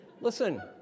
Listen